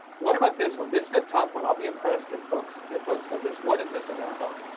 what about this one. this is a tough one. i'll be impressed if folks if folks know this. what is this a map of